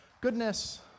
goodness